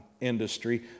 industry